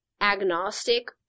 agnostic